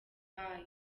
bayo